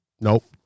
nope